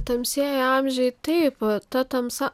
tamsieji amžiai taip ta tamsa